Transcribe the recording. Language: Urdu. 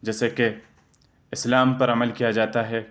جیسے کہ اسلام پر عمل کیا جاتا ہے